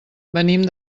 venim